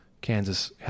Kansas